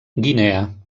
guinea